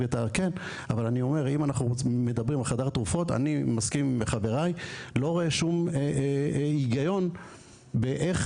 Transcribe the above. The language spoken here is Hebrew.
אני מסכים עם חברי ולא רואה שום היגיון באיך